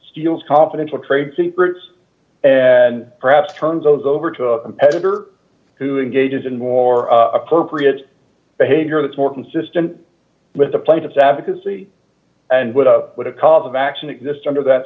steals confidential trade secrets and perhaps turns those over to a competitor who engages in more appropriate behavior that's more consistent with the plaintiff's advocacy and with what a cause of action exist under that